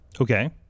Okay